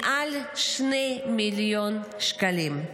מעל 2 מיליון שקלים.